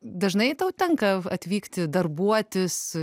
dažnai tau tenka atvykti darbuotis